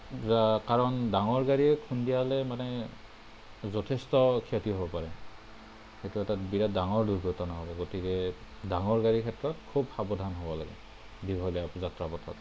কাৰণ ডাঙৰ গাড়ীয়ে খুন্দিয়ালে মানে যথেষ্ট ক্ষতি হ'ব পাৰে এইটো এটা বিৰাট ডাঙৰ দুৰ্ঘটনা হ'ব গতিকে ডাঙৰ গাড়ীৰ ক্ষেত্ৰত খুব সাৱধান হ'ব লাগে দীঘলীয়া যাত্ৰা পথত